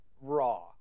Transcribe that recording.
RAW